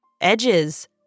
edges